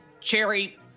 cherry